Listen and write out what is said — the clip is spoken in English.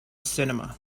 cinema